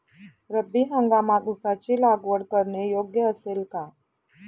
रब्बी हंगामात ऊसाची लागवड करणे योग्य असेल का?